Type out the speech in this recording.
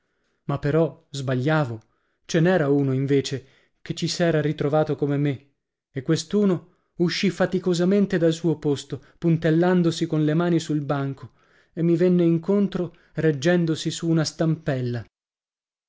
ma però sbagliavo ce n'era uno invece che ci s'era ritrovato come me e quest'uno uscì faticosamente dal suo posto puntellandosi con le mani sul banco e mi venne incontro reggendosi su una stampella